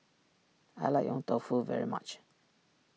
I like Yong Tau Foo very much